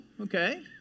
okay